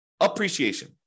appreciation